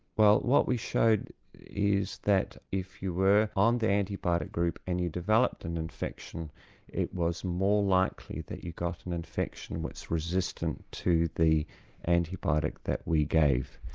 well what we showed is that if you were on the antibiotic group and you developed an infection it was more likely that you got an infection that's resistant to the antibiotic that we gave.